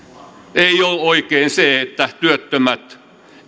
ei ole oikein se että työttömät